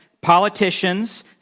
politicians